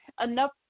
enough